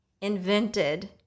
Invented